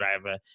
driver